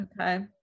okay